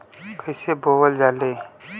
कईसे बोवल जाले?